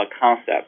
concept